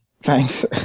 Thanks